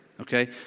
Okay